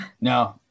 no